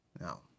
Now